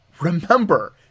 remember